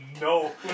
no